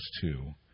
two